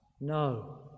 No